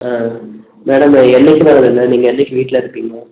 ஆ madam என்னக்கு வர்றதுங்க நீங்கள் என்னக்கு வீட்டில் இருப்பிங்க